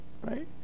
Right